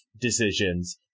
decisions